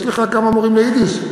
יש לך כמה מורים ליידיש?